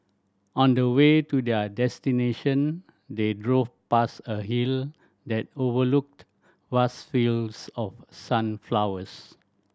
on the way to their destination they drove past a hill that overlooked vast fields of sunflowers